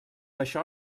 això